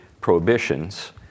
prohibitions